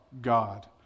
God